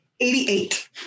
88